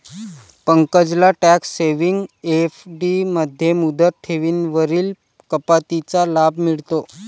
पंकजला tax saving FD मध्ये मुदत ठेवींवरील कपातीचा लाभ मिळतो